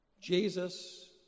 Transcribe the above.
Jesus